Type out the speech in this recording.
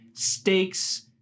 stakes